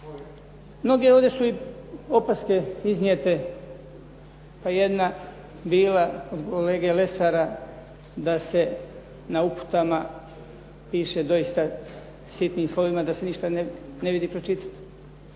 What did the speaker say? Mnoge ovdje su i opaske iznijete, pa jedna bila od kolege Lesara da se na uputama piše doista sitnim slovima da se ništa ne vidi pročitati.